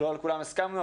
לא לכולם הסכמנו,